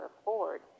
afford